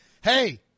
Hey